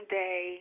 day